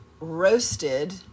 roasted